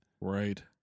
Right